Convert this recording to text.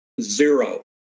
zero